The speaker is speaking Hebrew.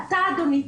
אתה אדוני,